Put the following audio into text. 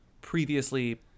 previously